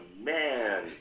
man